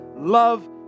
love